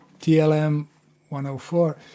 TLM-104